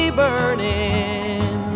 burning